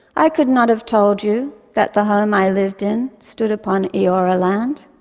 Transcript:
i could not have told you that the home i lived in stood upon eora land,